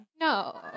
No